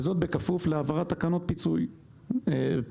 וזאת בכפוף להעברת תקנות פיצוי מוסכם.